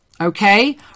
okay